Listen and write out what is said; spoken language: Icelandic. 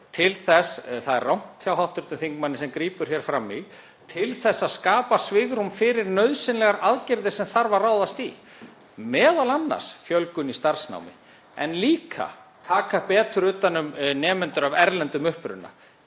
í.) — það er rangt hjá hv. þingmanni sem grípur hér frammí — að skapa svigrúm fyrir nauðsynlegar aðgerðir sem þarf að ráðast í, m.a. fjölgun í starfsnámi en líka að taka betur utan um nemendur af erlendum uppruna,